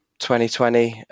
2020